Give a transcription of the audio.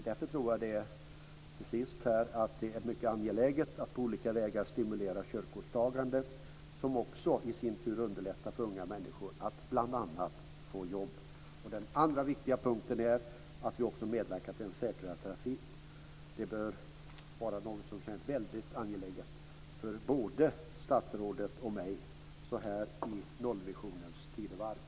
Därför tror jag till sist att det är mycket angeläget att på olika vägar stimulera körkortstagandet, som i sin tur underlättar för unga människor att bl.a. få jobb. Den andra viktiga punkten är att vi också medverkar till en säkrare trafik. Det bör vara något som känns väldigt angeläget för både statsrådet och mig så här i nollvisionens tidevarv.